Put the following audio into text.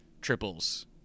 triples